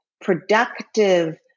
productive